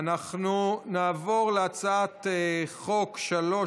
אתה מעדיף את כולן